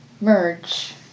merge